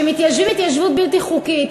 שמתיישבים התיישבות בלתי חוקית.